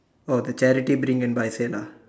oh the charity bring and buy sale ah